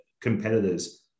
competitors